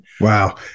Wow